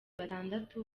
batandatu